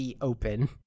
open